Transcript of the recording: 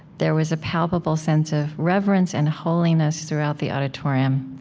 there was a palpable sense of reverence and holiness throughout the auditorium,